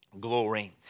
glory